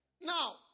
Now